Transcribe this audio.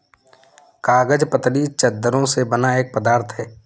कागज पतली चद्दरों से बना एक पदार्थ है